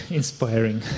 inspiring